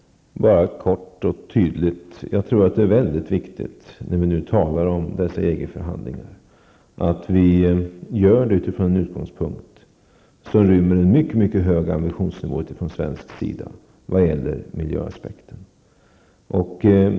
Herr talman! Bara kort och tydligt: Jag tror att det är mycket viktigt att vi när vi nu talar om dessa EG förhandlingar gör det från en utgångspunkt som innebär en mycket hög ambitionsnivå från svensk sida vad gäller miljöaspekterna.